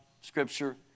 Scripture